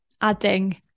adding